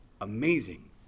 amazing